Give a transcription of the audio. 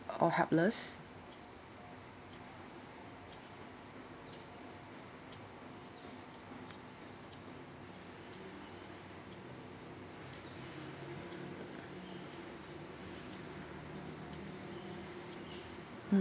or helpless